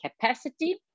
capacity